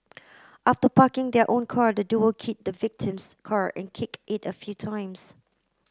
after parking their own car the duo keyed the victim's car and kicked it a few times